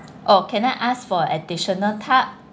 oh can I ask for additional tub